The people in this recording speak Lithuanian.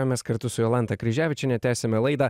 o mes kartu su jolanta kryževičiene tęsiame laidą